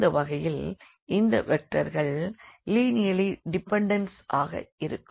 இந்த வகையில் அந்த வெக்டர்கள் லினியர்லி டிபென்டன்ஸ் ஆக இருக்கும்